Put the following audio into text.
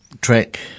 track